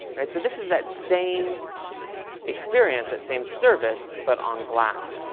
and so, this is that same experience, that same service, but on glass.